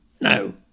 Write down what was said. no